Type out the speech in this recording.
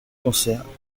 concerts